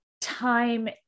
time